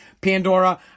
Pandora